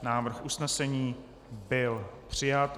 Návrh usnesení byl přijat.